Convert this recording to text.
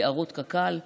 יערות קק"ל.